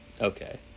Okay